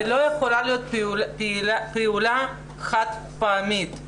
זה לא יכולה להיות פעולה חד פעמית.